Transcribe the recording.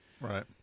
Right